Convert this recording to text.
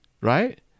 right